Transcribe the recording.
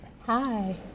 Hi